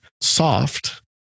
soft